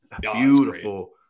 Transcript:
Beautiful